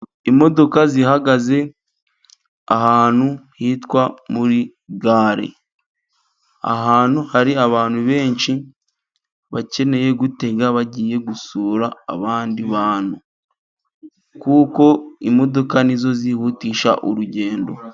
Imodoka zihagaze ahantu hitwa muri gare, ahantu hari abantu benshi, bakeneye gutega bagiye gusura abandi bantu, kuko imodoka nizo zihutisha urugendo.